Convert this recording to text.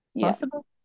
possible